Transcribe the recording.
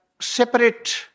separate